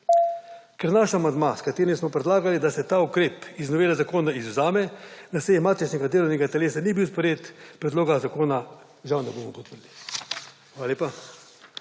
Ker naš amandma, s katerim smo predlagali, da se ta ukrep iz novele zakona izvzame, na seji matičnega delovnega telesa ni bil sprejet, predloga zakona žal ne bomo podprli. Hvala lepa.